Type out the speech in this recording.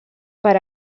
per